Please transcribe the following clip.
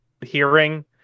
hearing